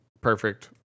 perfect